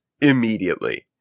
immediately